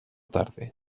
tarde